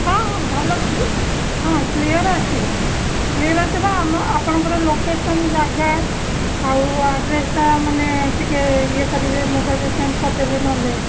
ହଁ ହଁ ଭଲ କରି ହଁ କ୍ଲିୟର୍ ଆସିବ କ୍ଲିୟର୍ ଆସିବ ଆମେ ଆପଣଙ୍କର ଲୋକେସନ୍ ଜାଗା ଆଇ ଆଡ଼୍ରେସ୍ଟା ମାନେ ଟିକେ ଇଏ କରିବେ ମୋବାଇଲ୍ରେ ସେଣ୍ଡ୍ କରିଦେବେ ନ ହେଲେ